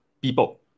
people